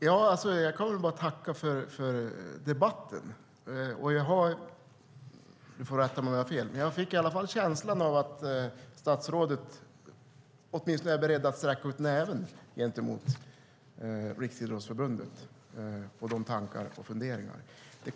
Herr talman! Jag kan bara tacka för debatten. Du får rätta mig om jag har fel, men jag fick i känslan av att statsrådet i varje fall är beredd att sträcka ut näven gentemot Riksidrottsförbundet med dess tankar och funderingar.